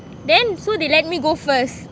then so they let me go first